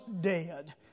dead